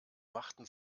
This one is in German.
machten